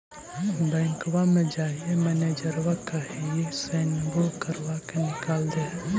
बैंकवा मे जाहिऐ मैनेजरवा कहहिऐ सैनवो करवा के निकाल देहै?